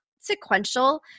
sequential